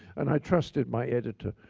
and i trusted my editor.